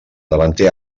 davanter